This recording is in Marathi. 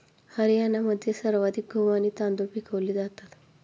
हरियाणामध्ये सर्वाधिक गहू आणि तांदूळ पिकवले जातात